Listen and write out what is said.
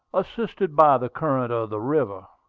assisted by the current of the river.